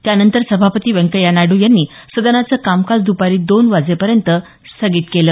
त्यानंतर सभापती व्यंकय्या नायडू यांनी सदनाचं कामकाज दुपारी दोन वाजेपर्यंत स्थगित केलं